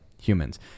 humans